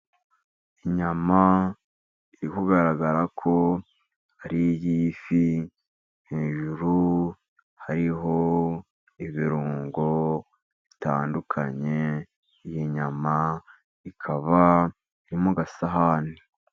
Inyama iri kugaragara ko ari iy'ifi, hejuru hariho ibirungo bitandukanye. Iyi nyama ikaba iri mu gasahani.